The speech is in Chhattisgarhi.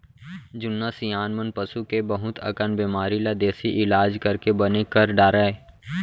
जुन्ना सियान मन पसू के बहुत अकन बेमारी ल देसी इलाज करके बने कर डारय